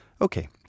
Okay